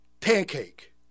pancake